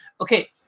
Okay